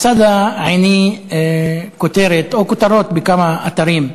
צדה עיני כותרת או כותרות בכמה אתרים: